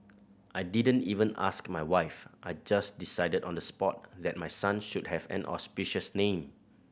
I didn't even ask my wife I just decided on the spot that my son should have an auspicious name